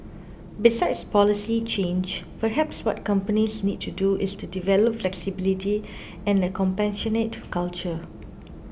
besides policy change perhaps what companies need to do is to develop flexibility and a compassionate culture